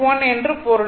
1 என்று பொருள்